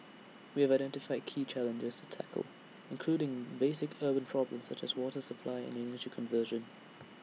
we have identified key challenges to tackle including basic urban problems such as water supply and energy conservation